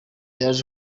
yaje